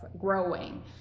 growing